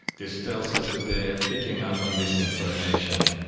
this tells us that they are picking up on this information.